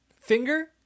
finger